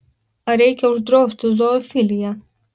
ar reikia uždrausti zoofiliją